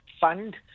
fund